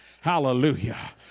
Hallelujah